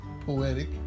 poetic